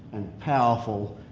and powerful,